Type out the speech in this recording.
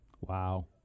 Wow